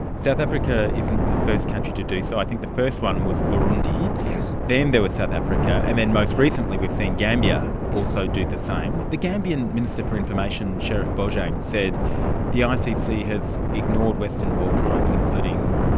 south africa isn't the first country to do so. i think the first one was burundi. yes. then there was south africa. and then most recently we've seen gambia also do the same. the gambian minister for information, sheriff bojang, said the ah icc has ignored western war crimes including,